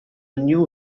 new